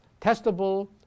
testable